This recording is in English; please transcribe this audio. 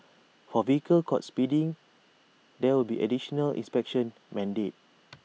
for vehicles caught speeding there will be additional inspections mandated